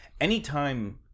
anytime